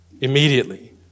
immediately